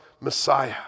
Messiah